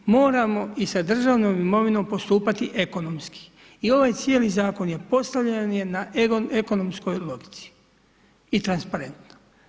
Moramo i sa državnom imovinom postupati ekonomski i ovaj cijeli Zakon je postavljen, postavljen je na ekonomskoj logici i transparentno.